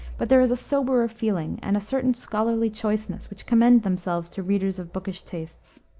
but there is a soberer feeling and a certain scholarly choiceness which commend themselves to readers of bookish tastes.